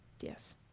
Yes